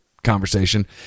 conversation